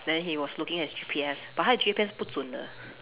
then he was looking at his G_P_S but 他的 G_P_S 不准的